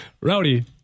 Rowdy